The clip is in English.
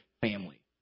family